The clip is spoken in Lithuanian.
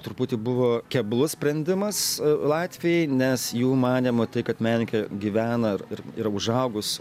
truputį buvo keblus sprendimas latvijai nes jų manymu tai kad menininkė gyvena ir ir yra užaugus